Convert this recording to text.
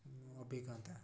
ଅଭିଜ୍ଞାତା